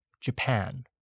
Japan